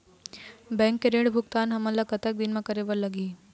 Bank के ऋण भुगतान हमन ला कतक दिन म करे बर लगही?